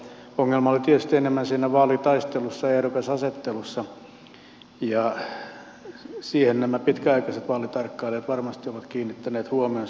ongelma oli tietysti enemmän siinä vaalitaistelussa ja ehdokasasettelussa ja siihen nämä pitkäaikaiset vaalitarkkailijat varmasti ovat kiinnittäneet huomionsa